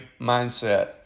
mindset